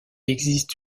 existe